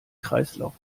kreislauf